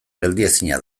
geldiezina